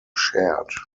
shared